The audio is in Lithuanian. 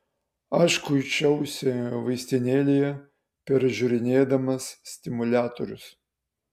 aš kuičiausi vaistinėlėje peržiūrinėdamas stimuliatorius